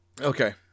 Okay